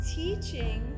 teaching